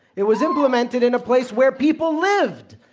it was implemented in a place where people lived.